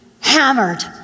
hammered